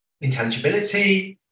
intelligibility